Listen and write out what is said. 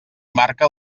marca